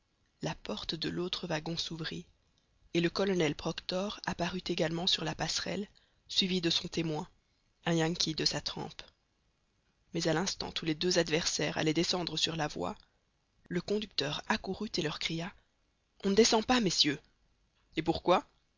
la porte de l'autre wagon s'ouvrit et le colonel proctor apparut également sur la passerelle suivi de son témoin un yankee de sa trempe mais à l'instant où les deux adversaires allaient descendre sur la voie le conducteur accourut et leur cria on ne descend pas messieurs et pourquoi